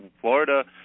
Florida